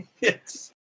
Yes